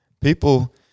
people